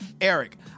Eric